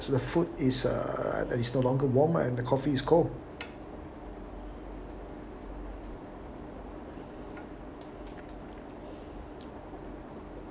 the food is uh that is no longer warm and the coffee is cold